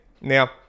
Now